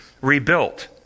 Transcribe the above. Rebuilt